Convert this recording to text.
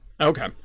Okay